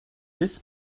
this